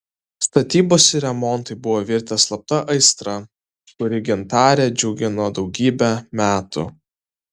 statybos ir remontai buvo virtę slapta aistra kuri gintarę džiugino daugybę metų